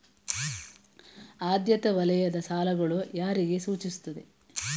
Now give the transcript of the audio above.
ಆದ್ಯತಾ ವಲಯದ ಸಾಲಗಳು ಯಾರಿಗೆ ಸೂಚಿಸುತ್ತವೆ?